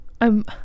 I'm-